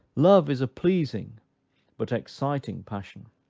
love is a pleasing but exciting passion.